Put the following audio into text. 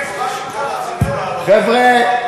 חבר'ה,